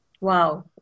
Wow